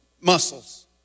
muscles